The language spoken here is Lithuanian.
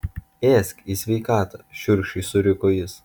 ėsk į sveikatą šiurkščiai suriko jis